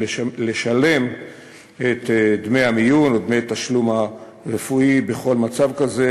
לשלם את דמי המיון או דמי התשלום הרפואי בכל מצב כזה,